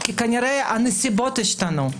כנראה כי הנסיבות השתנו.